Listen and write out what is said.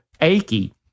achy